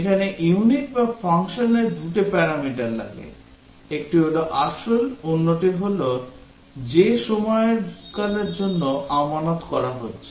এখানে ইউনিট বা ফাংশানের দুটি প্যারামিটার লাগে একটি হল আসল এবং অন্যটি হল যে সময়কালের জন্য আমানত করা হচ্ছে